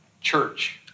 Church